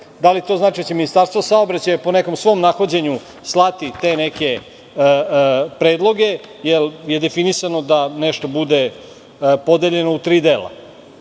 da li to znači da će Ministarstvo saobraćaja po nekom svom nahođenju slati te neke predloge, jer je definisano da nešto bude podeljeno u tri dela?